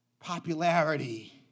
popularity